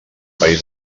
país